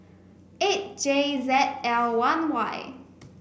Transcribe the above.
eight J Z L one Y